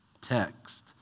text